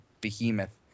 behemoth